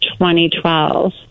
2012